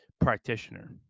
practitioner